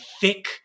thick